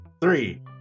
three